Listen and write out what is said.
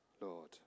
Lord